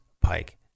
Pike